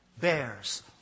bears